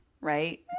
right